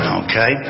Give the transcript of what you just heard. okay